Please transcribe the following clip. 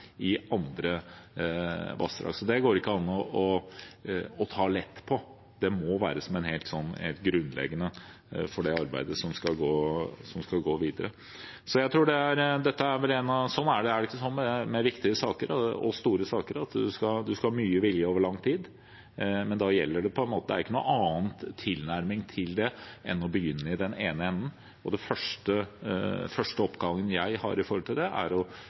i andre vassdrag. Så det går det ikke an å ta lett på. Det må være helt grunnleggende for det arbeidet som skal gå videre. Sånn er det med viktige og store saker: Man skal ha mye vilje over lang tid. Men det er ikke noen annen tilnærming til det enn å begynne i den ene enden, og den første oppgaven jeg har, er å fortsette å ha kontakt med svenske myndigheter og se på hva som skal være den neste fasen i samarbeidet, der vi nå har gått gjennom to faser. Jeg tror det er